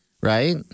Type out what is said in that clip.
right